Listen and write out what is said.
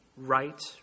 right